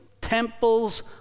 temples